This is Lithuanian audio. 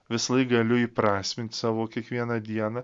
visąlaik galiu įprasmint savo kiekvieną dieną